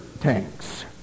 tanks